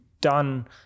done